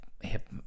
hip